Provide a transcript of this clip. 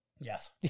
Yes